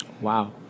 Wow